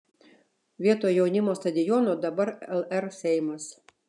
vietoj jaunimo stadiono dabar lr seimas